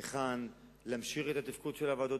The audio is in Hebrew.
היכן להמשיך את התפקוד של הוועדות